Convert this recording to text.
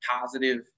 positive